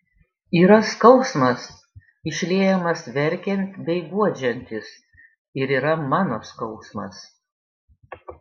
yra skausmas išliejamas verkiant bei guodžiantis ir yra mano skausmas